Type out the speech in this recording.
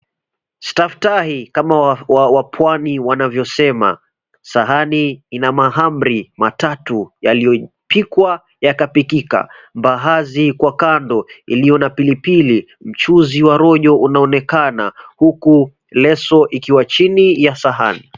Staftahi kama wapwani wanavyo sema. Sahani ina mahamri matatu, yaliyopikwa yakapikika. Mbaazi kwa kando iliyo na pilipili mchuzi wa rojo unaonekana huku leso ikiwa chini ya sahani.